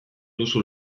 duzu